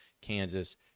Kansas